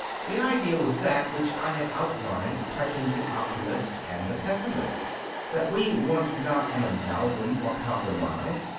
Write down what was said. the idea was that which i had outlined touching the optimist and the pessimist that we want not an amalgam or compromise,